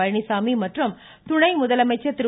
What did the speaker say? பழனிச்சாமி மற்றும் துணை முதலமைச்சர் திரு